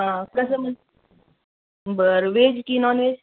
हा कसं मग बरं व्हेज की नॉन व्हेज